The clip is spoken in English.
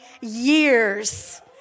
years